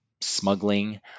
smuggling